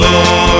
Lord